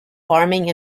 farming